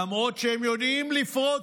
למרות שהם יודעים לפרוץ,